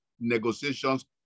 negotiations